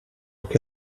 che